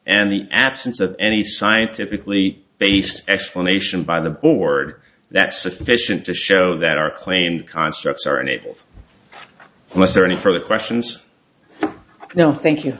and the absence of any scientifically based explanation by the board that's sufficient to show that our claimed constructs are and it was there any further questions now thank you